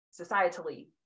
societally